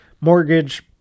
mortgage